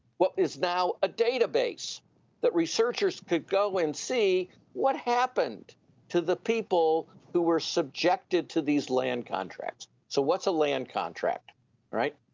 what is now a database that researchers could go and see what happened to the people who were subjected to these land contracts. so what's a land contract? all right.